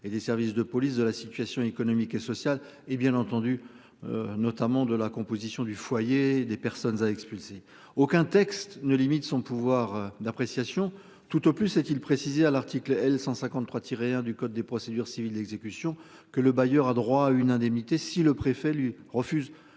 et des services de police, de la situation économique et sociale et, bien entendu. Notamment de la composition du foyer des personnes à expulser. Aucun texte ne limite son pouvoir d'appréciation, tout au plus a-t-il précisé à l'article L 153 tirer 1 du code des procédures civiles exécution que le bailleur a droit à une indemnité si le préfet lui refuse